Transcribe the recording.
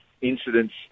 incidents